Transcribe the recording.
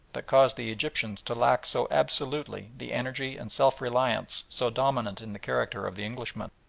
that caused the egyptians to lack so absolutely the energy and self-reliance so dominant in the character of the englishman,